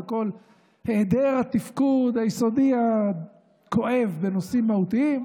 בכל היעדר התפקוד היסודי הכואב בנושאים מהותיים,